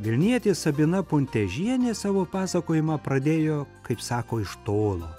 vilnietė sabina puntežienė savo pasakojimą pradėjo kaip sako iš tolo